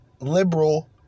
liberal